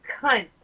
cunt